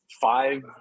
five